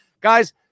Guys